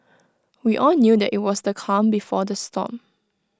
we all knew that IT was the calm before the storm